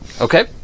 Okay